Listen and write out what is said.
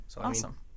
awesome